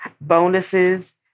bonuses